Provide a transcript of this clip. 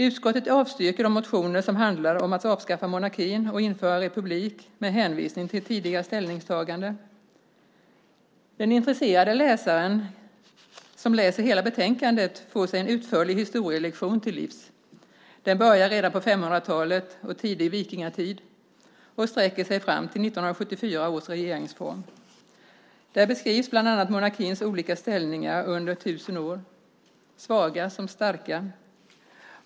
Utskottet avstyrker de motioner som handlar om att avskaffa monarkin och införa republik med hänvisning till tidigare ställningstagande. Den intresserade som läser hela betänkandet får sig en utförlig historielektion till livs. Den börjar redan på 500-talet och tidig vikingatid och sträcker sig fram till 1974 års regeringsform. Där beskrivs bland annat monarkins olika ställningar under tusen år, svaga som starka.